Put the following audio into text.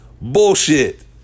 Bullshit